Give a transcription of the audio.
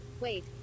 Wait